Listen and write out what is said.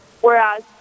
whereas